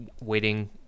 waiting